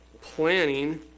planning